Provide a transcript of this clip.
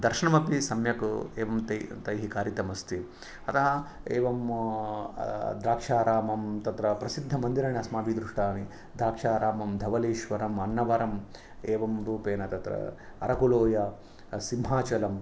दर्शनमपि सम्यक् एवं ते तैः कारितमस्ति अतः एवं द्राक्षारामं तत्र प्रसिद्धमन्दिराणि अस्माभि दृष्टानि द्राक्षारामं धवलेश्वरं अन्नवरम् एवं रूपेण तत्र अरकुलोया सिंहाचलं